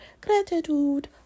Gratitude